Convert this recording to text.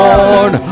Lord